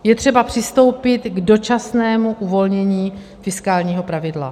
Je třeba přistoupit k dočasnému uvolnění fiskálního pravidla.